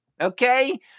okay